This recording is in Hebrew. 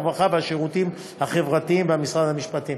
הרווחה והשירותים החברתיים ומשרד המשפטים.